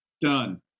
Done